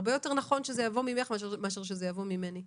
הרבה יותר נכון שזה יבוא ממך מאשר שזה יבוא ממני.